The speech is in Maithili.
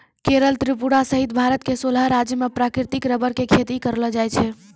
केरल त्रिपुरा सहित भारत के सोलह राज्य मॅ प्राकृतिक रबर के खेती करलो जाय छै